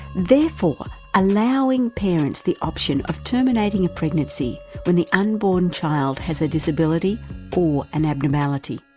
therefore allowing parents the option of terminating a pregnancy when the unborn child has a disability or an abnormality.